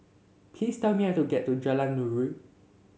please tell me how to get to Jalan Nuri